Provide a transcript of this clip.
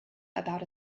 about